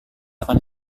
akan